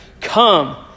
come